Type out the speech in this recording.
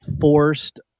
forced